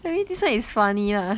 I mean this one is funny lah